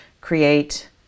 create